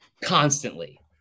Constantly